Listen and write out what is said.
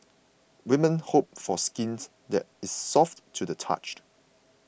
women hope for skint that is soft to the touched